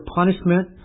punishment